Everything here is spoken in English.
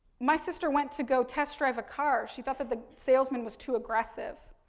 my sister went to go test drive a car. she thought that the salesman was too aggressive.